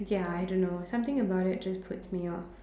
ya I don't know something about it just puts me off